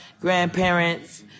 grandparents